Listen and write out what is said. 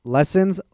Lessons